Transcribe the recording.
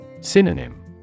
Synonym